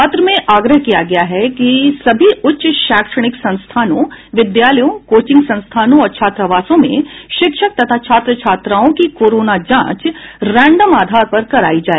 पत्र में आग्रह किया गया है कि सभी उच्च शैक्षिक संस्थानों विद्यालयों कोचिंग संस्थानों और छात्रावासों में शिक्षक तथा छात्र छात्राओं की कोरोना जांच रैंडम आधार पर कराई जाए